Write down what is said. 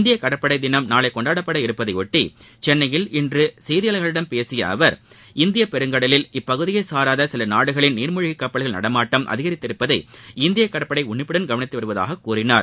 இந்திய கடற்படை தினம் நாளை கொண்டாடப்பட இருப்பதையொட்டி சென்னையில் இன்று செய்தியாளர்களிடம் பேசிய அவர் இந்திய பெருங்கடலில் இப்பகுதியை சாராத சில நாடுகளின் நீர்மூழ்கி கப்பல்களின் நடமாட்டம் அதிகரித்திருப்பதை இந்திய கடற்படை உன்னிப்புடன் கவனித்து வருவதாக கூறினார்